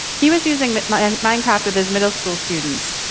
he was using but but and minecraft with his middle school students.